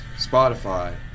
Spotify